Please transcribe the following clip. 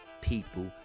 people